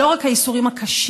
זה לא רק הייסורים הקשים,